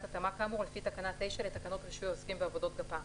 התאמה כאמור לפי תקנה 9 לתקנות רישוי העוסקים בעבודות גפ"מ,